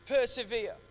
persevere